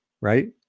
right